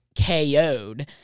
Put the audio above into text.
KO'd